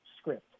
script